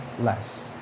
less